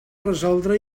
resoldre